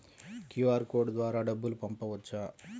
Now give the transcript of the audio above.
QR code ద్వారా డబ్బులు పంపవచ్చా?